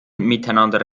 miteinander